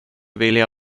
vilja